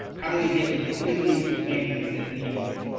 how do we get liquidity to families that need it?